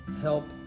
help